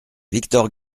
victor